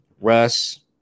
Russ